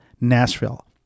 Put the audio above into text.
Nashville